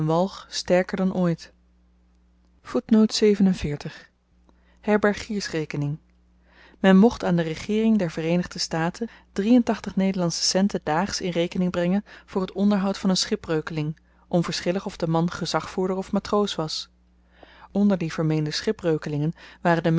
sterker dan ooit herbergier men mocht aan de regeering der vereenigde staten nederlandsche daags in rekening brengen voor t onderhoud van n schipbreukeling onverschillig of de man gezagvoerder of matroos was onder die vermeende schipbreukelingen waren de